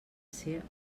ser